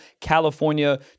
California